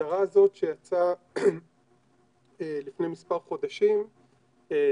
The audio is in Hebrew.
ההסדרה הזאת שיצאה לפני מספר חודשים נסגרה,